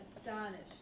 astonished